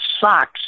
socks